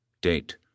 Date